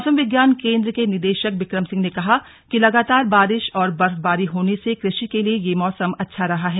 मौसम विज्ञान केंद्र के निदेशक बिक्रम सिंह ने कहा कि लगातार बारिश और बर्फबारी होने से कृषि के लिए ये मौसम अच्छा रहा है